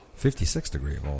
56-degree